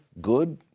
good